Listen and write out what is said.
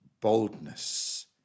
boldness